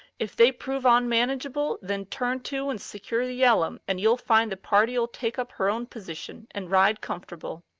if they prove onmanage able, then turn to and secure the ellum, and you'll find the party'u take up her own position and ride comfortable,